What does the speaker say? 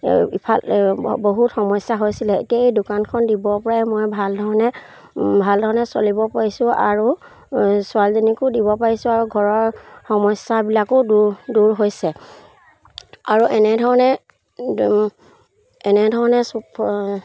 ইফাল বহুত সমস্যা হৈছিলে এতিয়া এই দোকানখন দিব পৰাই মই ভাল ধৰণে ভাল ধৰণে চলিব পাৰিছোঁ আৰু ছোৱালীজনীকো দিব পাৰিছোঁ আৰু ঘৰৰ সমস্যাবিলাকো দূৰ দূৰ হৈছে আৰু এনেধৰণে এনেধৰণে